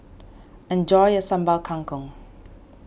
enjoy your Sambal Kangkong